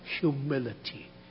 humility